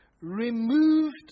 removed